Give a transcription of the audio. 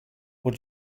what